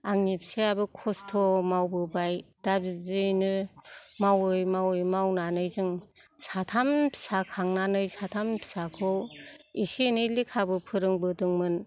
आंनि फिसाइयाबो खस्थ' मावबोबाय दा बिदियैनो मावै मावै मावनानै जों साथाम फिसा खांनानै साथाम फिसाखौ एसे एनै लेखाबो फोरोंबोदोंमोन